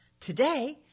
Today